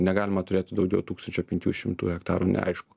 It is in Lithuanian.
negalima turėti daugiau tūkstančio penkių šimtų hektarų neaišku